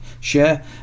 share